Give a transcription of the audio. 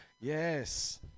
yes